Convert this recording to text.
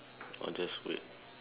or just wait